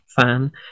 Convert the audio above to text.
fan